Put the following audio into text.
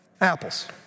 Apples